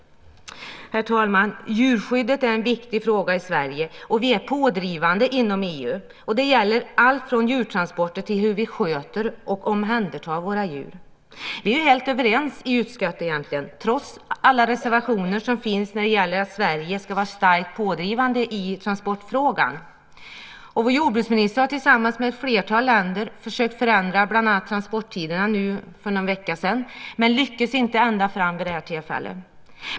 Herr talman! Djurskyddet är en viktig fråga i Sverige, och vi är pådrivande inom EU. Det gäller allt från djurtransporter till hur vi sköter och omhändertar våra djur. Vi är egentligen helt överens i utskottet, trots alla reservationer som finns, om att Sverige ska vara pådrivande i transportfrågan. Vår jordbruksminister har tillsammans med ett flertal länder försökt förändra bland annat transporttiderna nu för någon vecka sedan men lyckades inte nå ända fram vid detta tillfälle.